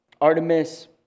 Artemis